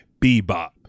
Bebop